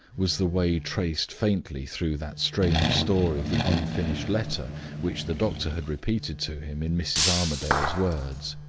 was the way traced faintly through that strange story of the unfinished letter which the doctor had repeated to him in mrs. armadale's words.